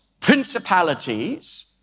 principalities